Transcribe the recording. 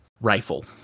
rifle